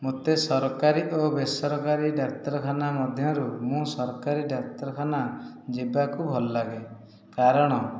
ମୋତେ ସରକାରୀ ଓ ବେସରକାରି ଡାକ୍ତରଖାନା ମଧ୍ୟରୁ ମୁଁ ସରକାରୀ ଡାକ୍ତରଖାନା ଯିବାକୁ ଭଲ ଲାଗେ କାରଣ